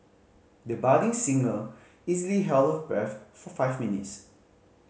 the budding singer easily held her breath for five minutes